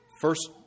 first